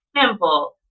simple